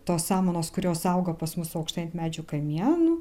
tos samanos kurios auga pas mus aukštai ant medžių kamienų